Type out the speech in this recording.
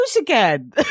again